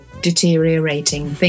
deteriorating